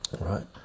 Right